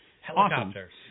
helicopters